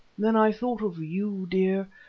then i thought of you, dear,